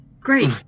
Great